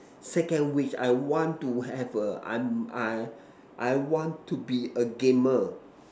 second wish I want to have a I'm I I want to be a gamer